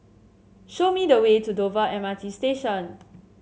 show me the way to Dover M R T Station